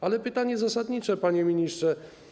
Ale pytanie zasadnicze, panie ministrze.